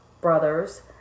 brothers